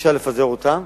אפשר לפזר אותן.